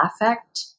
affect